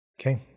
Okay